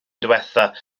ddiwethaf